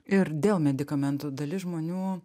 ir dėl medikamentų dalis žmonių